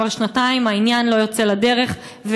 כבר שנתיים העניין לא יוצא לדרך,